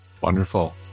Wonderful